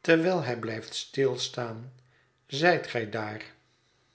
terwijl hij blijft stilstaan zijt gij daar